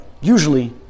usually